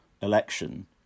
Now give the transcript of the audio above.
election